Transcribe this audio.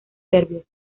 serbios